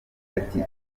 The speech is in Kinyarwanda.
ati